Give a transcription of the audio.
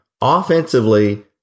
offensively